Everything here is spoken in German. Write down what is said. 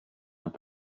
hat